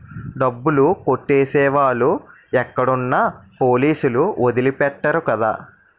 డబ్బులు కొట్టేసే వాళ్ళు ఎక్కడున్నా పోలీసులు వదిలి పెట్టరు కదా